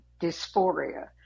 dysphoria